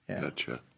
gotcha